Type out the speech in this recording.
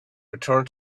return